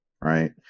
right